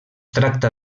tracta